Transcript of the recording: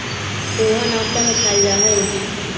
पोहा नाश्ता में खायल जाहई